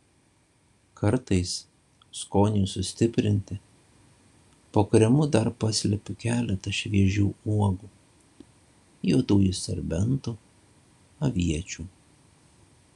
kartais skoniui sustiprinti po kremu dar paslepiu keletą šviežių uogų juodųjų serbentų aviečių